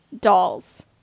dolls